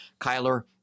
Kyler